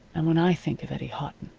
and when i think of eddie houghton